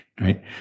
right